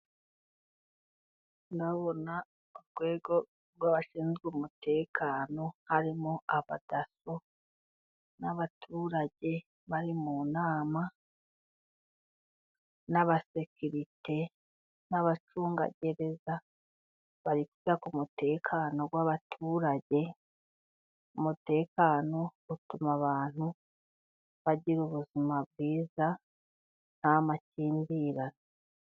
Ndabona urwego rw'abashinzwe umutekano, harimo abadaso n'abaturage bari mu nama, n'abasekite n'abacungagereza, bari kwiga ku umutekano wabaturage, umutekano utuma abantu bagira ubuzima bwiza nta makimbirane.